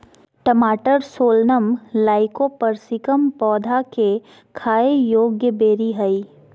टमाटरसोलनम लाइकोपर्सिकम पौधा केखाययोग्यबेरीहइ